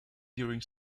during